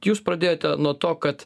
jūs pradėjote nuo to kad